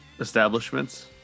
establishments